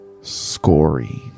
Scory